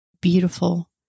beautiful